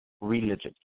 religion